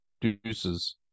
Deuces